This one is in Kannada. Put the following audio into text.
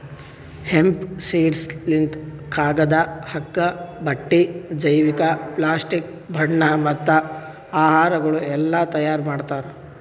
ಹೆಂಪ್ ಸೀಡ್ಸ್ ಲಿಂತ್ ಕಾಗದ, ಹಗ್ಗ, ಬಟ್ಟಿ, ಜೈವಿಕ, ಪ್ಲಾಸ್ಟಿಕ್, ಬಣ್ಣ ಮತ್ತ ಆಹಾರಗೊಳ್ ಎಲ್ಲಾ ತೈಯಾರ್ ಮಾಡ್ತಾರ್